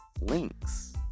links